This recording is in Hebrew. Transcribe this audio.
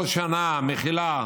כל שנה מכילה